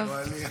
טוב.